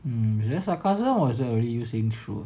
um is that sarcasm or is that you saying true ah